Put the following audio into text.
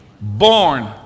Born